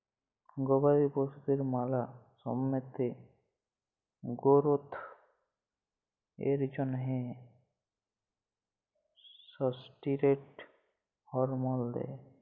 গবাদি পশুদের ম্যালা সময়তে গোরোথ এর জ্যনহে ষ্টিরেড হরমল দেই